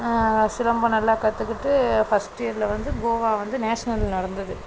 சிலம்பம் நல்லா கற்றுக்கிட்டு ஃபர்ஸ்ட் இயரில் வந்து கோவா வந்து நேஷ்னல் நடந்துது